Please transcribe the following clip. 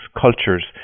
cultures